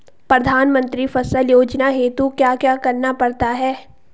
प्रधानमंत्री फसल योजना हेतु क्या क्या करना पड़ता है?